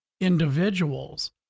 individuals